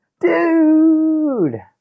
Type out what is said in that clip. dude